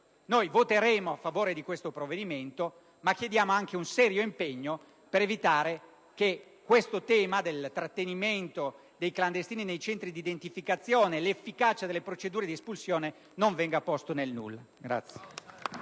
motivi voteremo a favore di tale provvedimento, ma chiediamo anche un serio impegno per evitare che la questione del trattenimento dei clandestini nei centri di identificazione e l'efficacia delle procedure di espulsione non vengano poste nel nulla.